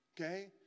okay